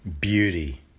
Beauty